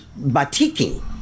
batiking